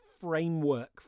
framework